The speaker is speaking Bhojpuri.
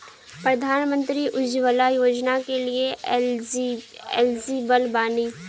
प्रधानमंत्री उज्जवला योजना के लिए एलिजिबल बानी?